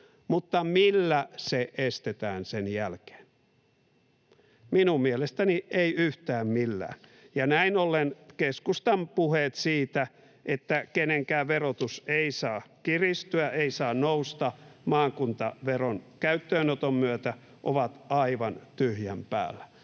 Mutta millä se estetään sen jälkeen? Minun mielestäni ei yhtään millään. Näin ollen keskustan puheet siitä, että kenenkään verotus ei saa kiristyä, ei saa nousta maakuntaveron käyttöönoton myötä, ovat aivan tyhjän päällä.